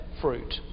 fruit